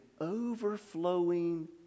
overflowing